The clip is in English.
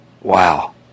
wow